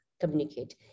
communicate